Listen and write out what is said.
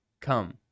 Come